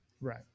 Right